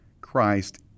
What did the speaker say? Christ